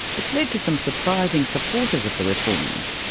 it's led to some surprising supporters of the reforms,